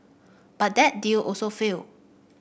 but that deal also failed